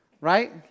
right